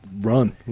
Run